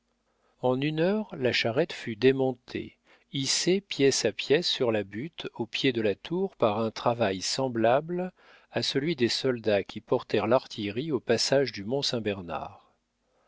en une heure la charrette fut démontée hissée pièce à pièce sur la butte au pied de la tour par un travail semblable à celui des soldats qui portèrent l'artillerie au passage du